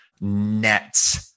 net